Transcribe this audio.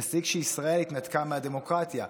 נסיק שישראל התנתקה מהדמוקרטיה.